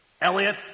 Elliot